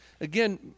Again